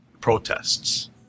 protests